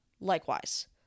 likewise